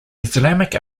islamic